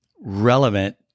relevant